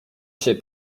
się